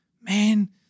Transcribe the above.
man